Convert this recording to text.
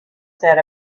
said